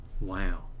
Wow